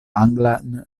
anglan